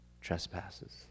trespasses